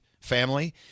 family